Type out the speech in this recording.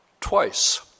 twice